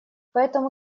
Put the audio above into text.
поэтому